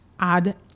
add